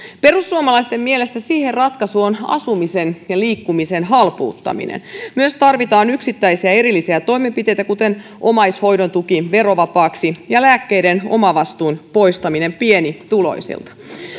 perussuomalaisten mielestä siihen ratkaisu on asumisen ja liikkumisen halpuuttaminen myös tarvitaan yksittäisiä erillisiä toimenpiteitä kuten omaishoidon tuki verovapaaksi ja lääkkeiden omavastuun poistaminen pienituloisilta